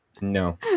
No